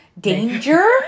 danger